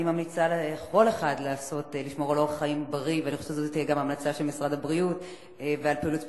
אני ממליצה לכל אחד לשמור על אורח חיים בריא ועל פעילות ספורטיבית,